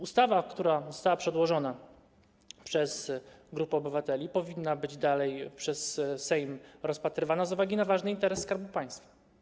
Ustawa, która została przedłożona przez grupę obywateli, powinna być dalej przez Sejm rozpatrywana z uwagi na ważny interes Skarbu Państwa.